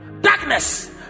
Darkness